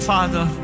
Father